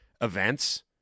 events